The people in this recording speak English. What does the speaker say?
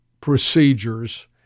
procedures